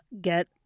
get